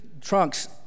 trunks